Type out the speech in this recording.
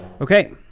Okay